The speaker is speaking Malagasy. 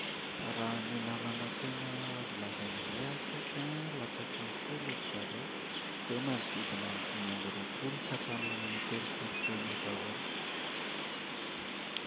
Raha ny namana tena azo lazaina hoe akaiky an, latsaky ny folo ry zareo. Dia manodidina ny dimy amby roapolo ka hatramin’ny telopolo taona eo daholo.